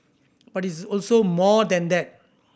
but it is also more than that